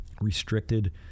restricted